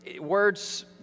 words